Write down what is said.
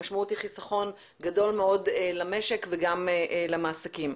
המשמעות היא חיסכון גדול מאוד למשק וגם למעסיקים.